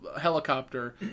Helicopter